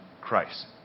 Christ